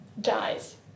dies